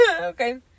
Okay